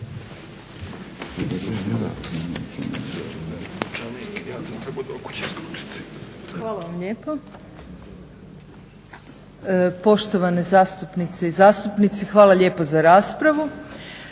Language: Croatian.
Hvala vam lijepo. Poštovane zastupnice i zastupnici, hvala lijepo za raspravu.